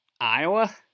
Iowa